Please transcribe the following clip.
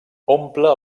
omple